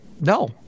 No